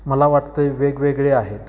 मला वाटतं वेगवेगळे आहेत